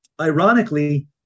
Ironically